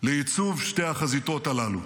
לייצוב שתי החזיתות הללו.